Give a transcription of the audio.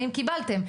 'האם קיבלתם?